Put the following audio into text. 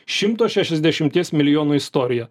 šimto šešiasdešimties milijonų istoriją